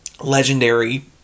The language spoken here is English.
legendary